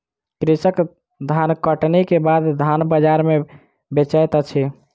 कृषक धानकटनी के बाद धान बजार में बेचैत अछि